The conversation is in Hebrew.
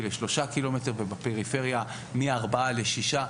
ל-3 ק"מ ובפריפריה מ-4 ק"מ ל-6 ק"מ.